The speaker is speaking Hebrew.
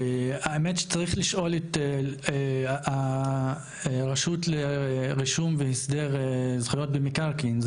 האמת שצריך לשאול את הרשות לרישום והסדר זכויות במקרקעין.